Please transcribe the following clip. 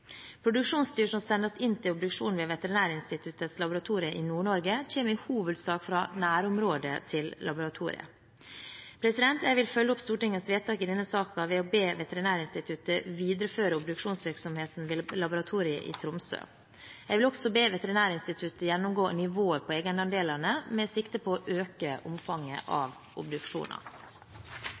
Produksjonsdyr som sendes inn til obduksjon ved Veterinærinstituttets laboratorier i Nord-Norge, kommer i hovedsak fra «nærområdet» til laboratoriet. Jeg vil følge opp Stortingets vedtak i denne saken ved å be Veterinærinstituttet videreføre obduksjonsvirksomheten ved laboratoriet i Tromsø. Jeg vil også be Veterinærinstituttet gjennomgå nivået på egenandelene med sikte på å øke omfanget av obduksjoner.